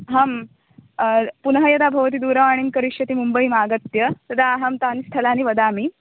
अहं पुनः यदा भवती दूरवाणीं करिष्यति मुम्बैमागत्य तदा अहं तानि स्थलानि वदामि